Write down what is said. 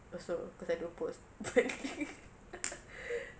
also cause I don't post but